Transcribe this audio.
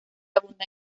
abunda